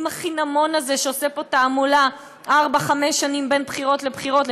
עם החינמון הזה שעושה פה תעמולה ארבע-חמש שנים בין בחירות לבחירות,